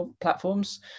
platforms